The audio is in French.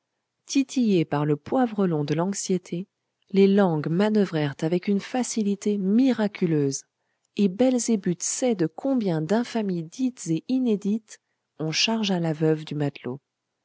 titillées par le poivre long de l'anxiété les langues manoeuvrèrent avec une facilité miraculeuse et belzébuth sait de combien d'infamies dites et inédites on chargea la veuve du matelot